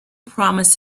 promised